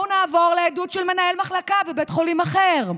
בואו נעבור לעדות של מנהל מחלקה בבית חולים אחר: